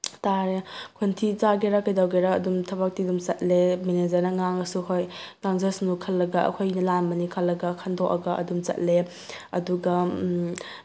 ꯇꯥꯔꯦ ꯈꯣꯟꯊꯤ ꯆꯥꯒꯦꯔꯥ ꯀꯩꯗꯧꯒꯦꯔꯥ ꯑꯗꯨꯝ ꯊꯕꯛꯇꯤ ꯑꯗꯨꯝ ꯆꯠꯂꯦ ꯃꯦꯅꯦꯖꯔꯅ ꯉꯥꯡꯉꯁꯨ ꯍꯣꯏ ꯉꯥꯡꯖꯁꯅꯨ ꯈꯜꯂꯒ ꯑꯩꯈꯣꯏꯅ ꯂꯥꯟꯕꯅꯤ ꯈꯜꯂꯒ ꯈꯟꯗꯣꯛꯑꯥꯒ ꯑꯗꯨꯝ ꯆꯠꯂꯦ ꯑꯗꯨꯒ